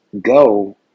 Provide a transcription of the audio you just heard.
go